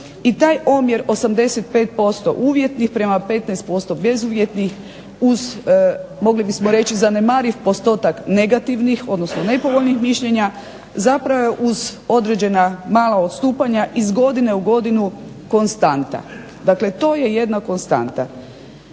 i taj omjer 85% uvjetnih prema 15% bezuvjetnih uz mogli bismo reći uz zanemariv postotak nepovoljnih mišljenja zapravo je uz mala određena odstupanja je iz godine u godinu konstanta. Dakle, to je jedna konstanta.